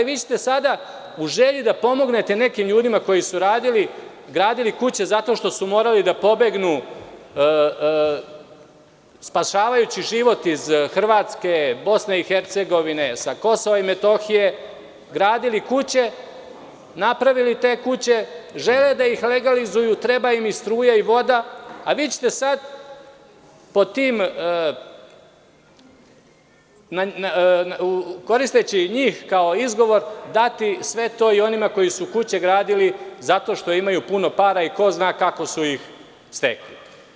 Vi ćete sada, u želji da pomognete nekim ljudima koji su radili, gradili kuće zato što su morali da pobegnu spašavajući život iz Hrvatske, BiH, sa KiM, gradili kuće, napravili te kuće, žele da ih legalizuju, treba im i struja i voda, a vi ćete sad, koristeći njih kao izgovor, dati sve to i onima koji su kuće gradili zato što imaju puno para i ko zna kako su ih stekli.